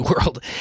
world